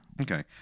Okay